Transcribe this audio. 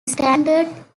standard